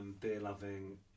beer-loving